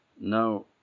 Now